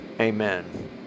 Amen